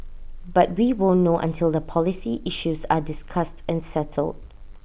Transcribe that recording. but we won't know until the policy issues are discussed and settled